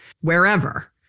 wherever